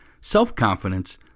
self-confidence